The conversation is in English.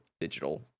digital